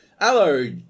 Hello